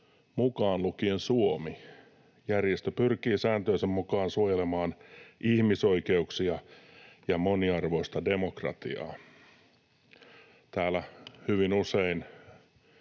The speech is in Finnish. mukaan lukien Suomi. Järjestö pyrkii sääntöjensä mukaan suojelemaan ihmisoikeuksia ja moniarvoista demokratiaa.” Täällä hyvin usein